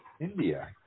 India